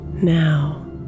Now